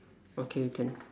okay can